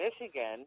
Michigan